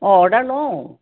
order লওঁ